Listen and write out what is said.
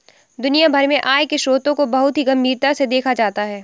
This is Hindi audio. दुनिया भर में आय के स्रोतों को बहुत ही गम्भीरता से देखा जाता है